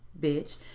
bitch